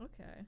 Okay